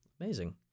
Amazing